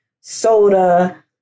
soda